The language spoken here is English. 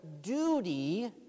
duty